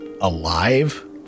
Alive